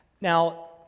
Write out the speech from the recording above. Now